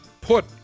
put